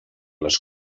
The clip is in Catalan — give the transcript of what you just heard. les